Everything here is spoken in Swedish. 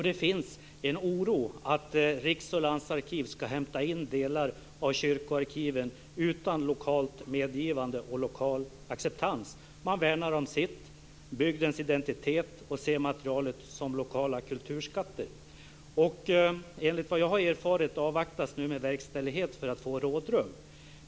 Det finns en oro för att Riksarkivet och landsarkiven ska hämta in delar av kyrkoarkiven utan lokalt medgivande och lokal acceptans. Man värnar om sitt, om bygdens identitet och ser materialet som lokala kulturskatter. Enligt vad jag har erfarit avvaktas verkställighet för att få rådrum.